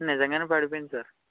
నిజంగానే పడిపోయింది సార్